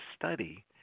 study